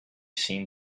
seen